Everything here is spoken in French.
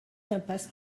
impasse